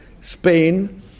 Spain